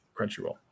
crunchyroll